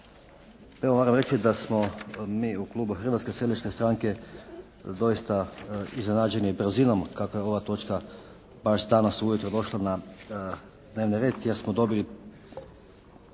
Hrvatske seljačke stranke doista iznenađeni brzinom kako je ova točka baš danas u jutro došla na dnevni red, jer smo dobili